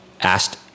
asked